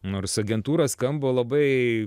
nors agentūra skamba labai